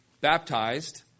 baptized